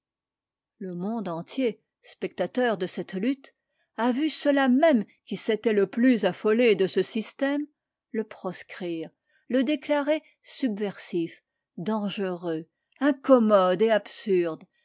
le monde entier spectateur de cette lutte a vu ceux-là mômes qui s'étaient le plus affolés de ce système le proscrire le déclarer subversif dangereux incommode et absurde